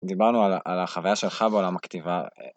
דיברנו על החוויה שלך בעולם הכתיבה.